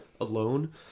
alone